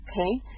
okay